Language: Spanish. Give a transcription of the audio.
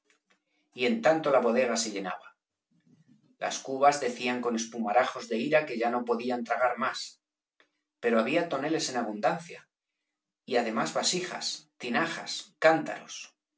y en tanto la bodega se llenaba las cubas decían con espumarajos de ira que ya no podían tragar más pero había toneles en abundancia y además vasijas tinajas cántaros